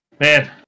Man